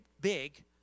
big